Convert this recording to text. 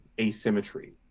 asymmetry